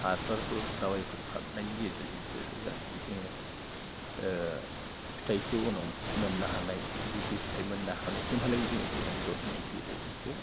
हासारफोर दावाइफोर सारनायनि गेजेरजोंसो जाहाथे जोङो फिथाइखौ उनाव मोननो हानाय बिदि फिथाइ मोननो हानायसिमहालागै जोङो गोबां जदन'नि गेजेरजोंसो